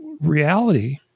reality